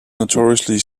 notoriously